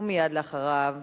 ומייד אחריו,